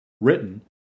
written